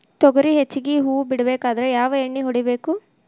ತೊಗರಿ ಹೆಚ್ಚಿಗಿ ಹೂವ ಬಿಡಬೇಕಾದ್ರ ಯಾವ ಎಣ್ಣಿ ಹೊಡಿಬೇಕು?